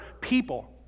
people